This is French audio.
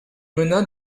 mena